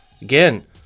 again